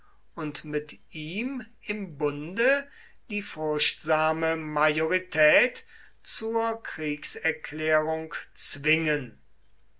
und mit ihm im bunde die furchtsame majorität zur kriegserklärung zwingen